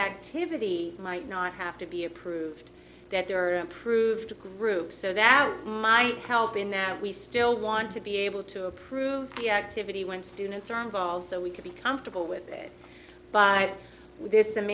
activity might not have to be approved that there are approved groups so that might help in that we still want to be able to approve the activity when students are involved so we could be comfortable with it by th